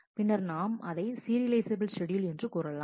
பின்னர் நாம் இதை சீரியலைஃசபில் ஷெட்யூல் என்று கூறலாம்